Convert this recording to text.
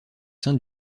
sein